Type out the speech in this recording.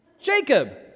Jacob